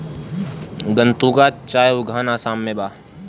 गतूंगा चाय उद्यान आसाम में बा